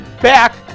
back